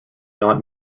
not